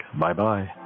Bye-bye